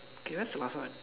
K where's the last one